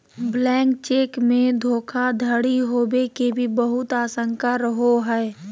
blank cheque मे धोखाधडी होवे के भी बहुत आशंका रहो हय